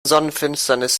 sonnenfinsternis